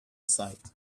sight